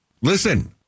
Listen